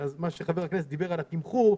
וחבר הכנסת דיבר על התמחור,